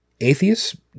atheists